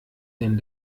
denn